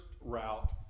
route